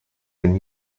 been